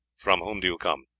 from whom do you come?